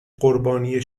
قربانی